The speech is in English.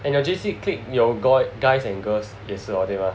and your J_C clique 有 go~ guys and girls 也是对吗